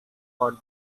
for